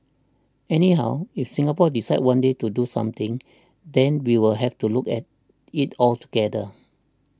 anyhow if Singapore decides one day to do something then we'll have to look at it altogether